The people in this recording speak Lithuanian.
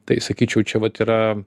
tai sakyčiau čia vat yra